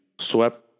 swept